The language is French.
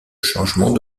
changement